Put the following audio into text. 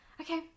Okay